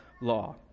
law